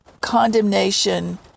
condemnation